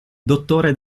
dottore